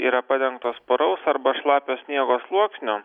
yra padengtos puraus arba šlapio sniego sluoksniu